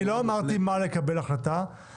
אני לא אמרתי איזו החלטה צריך לקבל,